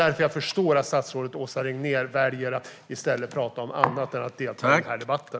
Därför förstår jag att statsrådet Åsa Regnér väljer att prata om annat i stället för att delta i den här debatten.